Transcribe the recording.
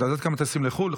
את יודעת כמה טסים לחו"ל?